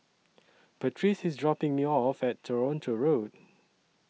Patrice IS dropping Me off At Toronto Road